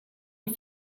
les